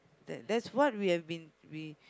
that that's what we've been